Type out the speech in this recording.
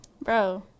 Bro